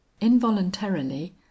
Involuntarily